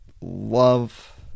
love